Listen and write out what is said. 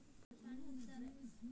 UPI ID ಗೆ validity ಇರತದ ಏನ್ರಿ?